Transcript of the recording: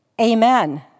Amen